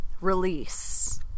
release